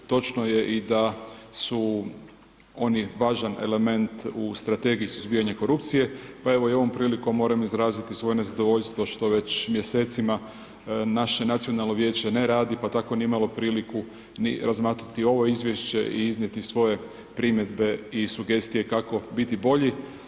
Točno je i da su oni važan element u strategiji suzbijanja korupcije, pa evo i ovom prilikom moram izraziti svoje zadovoljstvo, što već mjesecima naše nacionalno vijeće ne radi, pa tako nije imalo priliku razmatrati ovo izvješće i iznijeti svoje primjedbe i sugestije kako biti bolji.